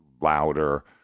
louder